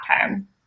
time